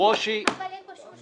בעמוד 14 למעלה,